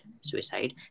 suicide